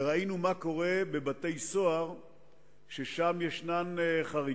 וראינו מה קורה בבתי-סוהר ששם יש חריגות,